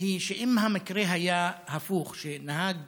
שאם המקרה היה הפוך, שנהג